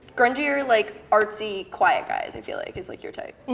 grungier, like, artsy, quiet guys is your like is like your type.